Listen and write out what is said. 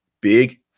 Big